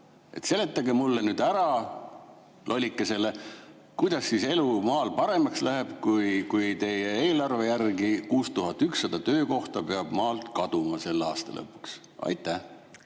Seletage mulle, lollikesele, nüüd ära, kuidas elu maal paremaks läheb, kui teie eelarve järgi 6100 töökohta peab maalt kaduma selle aasta lõpuks. Aitäh!